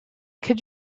could